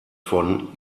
von